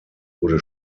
wurde